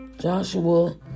Joshua